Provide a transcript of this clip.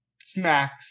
smacks